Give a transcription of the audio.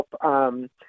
help